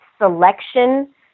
selection